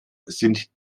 sind